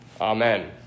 Amen